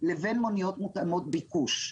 לבין מוניות מותאמות ביקוש.